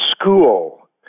school